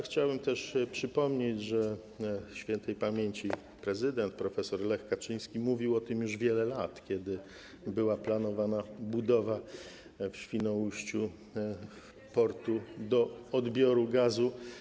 Chciałbym też przypomnieć, że śp. prezydent prof. Lech Kaczyński mówił o tym już wiele lat, kiedy była planowana budowa w Świnoujściu portu do odbioru gazu.